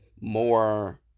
more